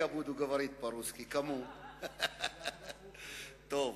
(אומר בשפה הרוסית: את הולכת,